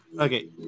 Okay